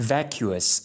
Vacuous